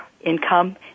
income